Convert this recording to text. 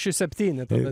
šį septynetą